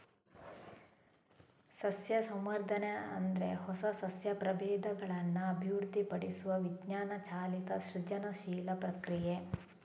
ಸಸ್ಯ ಸಂವರ್ಧನೆ ಅಂದ್ರೆ ಹೊಸ ಸಸ್ಯ ಪ್ರಭೇದಗಳನ್ನ ಅಭಿವೃದ್ಧಿಪಡಿಸುವ ವಿಜ್ಞಾನ ಚಾಲಿತ ಸೃಜನಶೀಲ ಪ್ರಕ್ರಿಯೆ